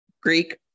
greek